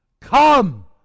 come